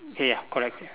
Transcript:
ya correct